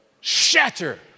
Shatter